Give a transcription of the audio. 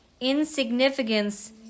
insignificance